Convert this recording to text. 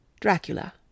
Dracula